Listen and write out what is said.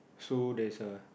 so there's a